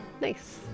Nice